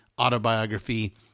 autobiography